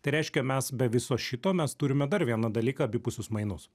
tai reiškia mes be viso šito mes turime dar vieną dalyką abipusius mainus